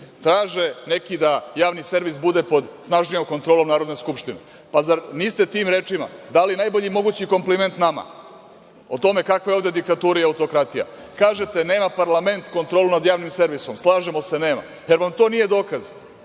neki da javni servis bude pod snažnijom kontrolom Narodne skupštine. Zar niste tim rečima dali najbolji mogući kompliment nama, o tome kakva je ovde diktatura i autokratija? Kažete – nema parlament kontrolu nad javnim servisom. Slažemo se, nema. Da li vam to nije dokaz